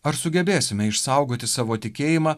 ar sugebėsime išsaugoti savo tikėjimą